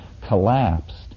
collapsed